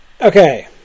Okay